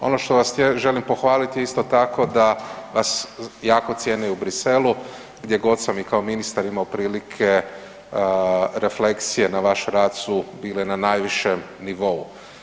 Ono što vas želim pohvaliti je isto tako da vas jako cijene u Bruxellesu, gdje god sam i kao ministar imao prilike refleksije na vaš rad su bile na najvišem nivou.